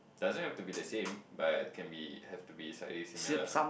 doesn't have to be the same but can be have to be slightly similar lah